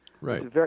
right